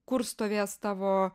kur stovės tavo